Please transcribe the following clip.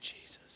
Jesus